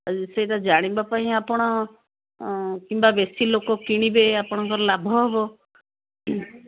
ଆଉ ସେଇଟା ଜାଣିବା ପାଇଁ ଆପଣ କିମ୍ବା ବେଶୀ ଲୋକ କିଣିବେ ଆପଣଙ୍କର ଲାଭ ହେବ